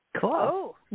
Cool